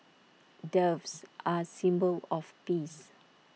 doves are A symbol of peace